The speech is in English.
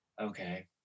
okay